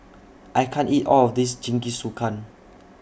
I can't eat All of This Jingisukan